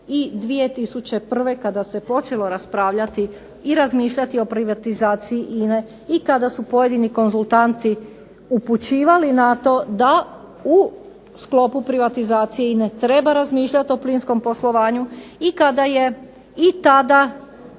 i 2001. kada se počelo raspravljati i razmišljati o privatizaciji INA-e i kada su pojedini konzultanti upućivali na to da u sklopu privatizacije INA-e treba razmišljati o plinskom poslovanju i kada je i tada